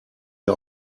wir